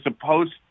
supposed